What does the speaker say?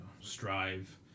strive